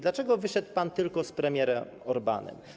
Dlaczego wyszedł pan tylko z premierem Orbánem?